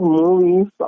movies